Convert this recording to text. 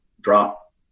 drop